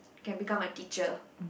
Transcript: can become my teacher